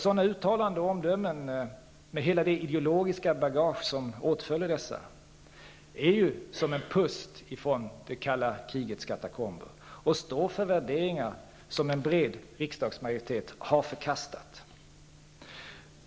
Sådana uttalanden och omdömen, med hela det ideologiska bagage som åtföljer dem, är som en pust från det kalla krigets katakomber. De står för värderingar som en bred riksdagsmajoritet har förkastat.